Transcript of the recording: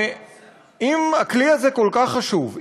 אם הכלי הזה כל כך חשוב,